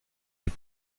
les